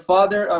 Father